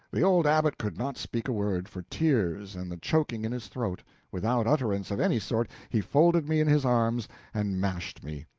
the old abbot could not speak a word, for tears and the chokings in his throat without utterance of any sort, he folded me in his arms and mashed me.